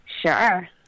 Sure